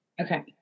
Okay